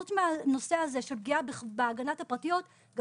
חוץ מהנושא הזה של פגיעה בהגנת הפרטיות גם